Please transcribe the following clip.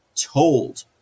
told